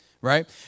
Right